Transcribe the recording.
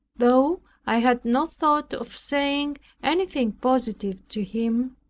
though i had no thought of saying anything positive to him,